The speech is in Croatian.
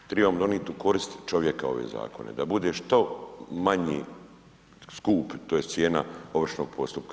Trebamo donijeti u korist čovjeka ove zakone, da bude što manji skup, tj. cijena ovršnog postupka.